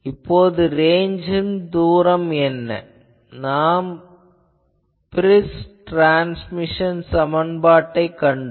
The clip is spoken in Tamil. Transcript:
இப்போது ரேஞ்ச்சின் தூரம் என்ன நாம் பிரிஸ் ட்ரான்ஸ்மிஷன் சமன்பாட்டினைக் கண்டோம்